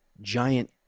giant